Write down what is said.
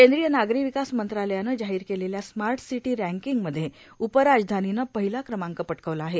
केंद्रीय नागरी विकास मंत्रालयानं जाहीर केलेल्या स्मार्ट सिटी रँकिंगमध्ये उपराजधानीनं पहिला क्रमांक पटकाविला आहे